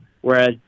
whereas